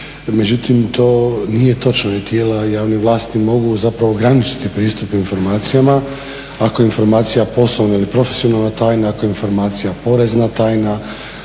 Međutim, to nije točno, jer tijela javne vlasti mogu zapravo ograničiti pristup informacijama ako je informacija poslovna ili profesionalna tajna, ako je informacija porezna tajna,